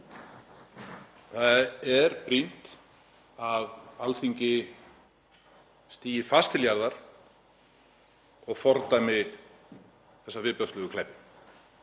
Það er brýnt að Alþingi stígi fast til jarðar og fordæmi þessa viðbjóðslegu glæpi.